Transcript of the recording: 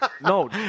no